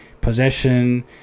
possession